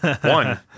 one